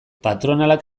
patronalak